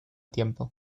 tiempo